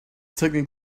technique